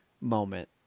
moment